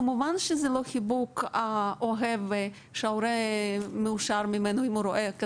כמובן שזה לא חיבוק אוהב שההורה מאושר אם הוא רואה אותו.